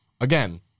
again